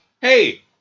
hey